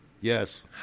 Yes